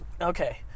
Okay